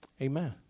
Amen